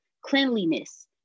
cleanliness